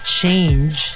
change